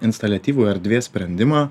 instaliatyvų erdvės sprendimą